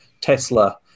Tesla